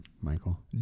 Michael